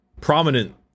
prominent